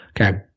Okay